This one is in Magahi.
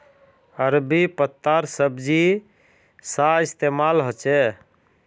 अरबी पत्तार सब्जी सा इस्तेमाल होछे